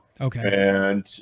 Okay